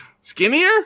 Skinnier